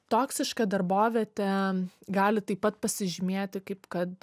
toksiška darbovietė gali taip pat pasižymėti kaip kad